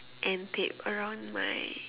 and tap around my